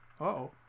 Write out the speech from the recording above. Uh-oh